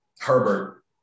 Herbert